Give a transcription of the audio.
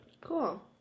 Cool